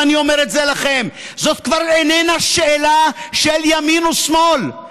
ואני אומר את זה לכם: זאת כבר איננה שאלה של ימין ושמאל,